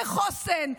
בחוסן,